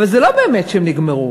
אבל זה לא באמת שהם נגמרו,